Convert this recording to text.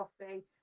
coffee